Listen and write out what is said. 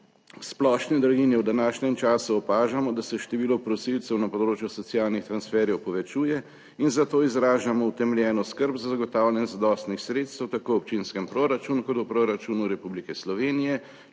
splošne draginje v današnjem času opažamo, da se število prosilcev na področju socialnih transferjev povečuje in zato izražamo utemeljeno skrb za zagotavljanje zadostnih sredstev tako v občinskem proračunu kot v proračunu Republike Slovenije,